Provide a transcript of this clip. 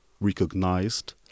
recognized